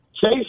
Chase